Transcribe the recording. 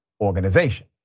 organization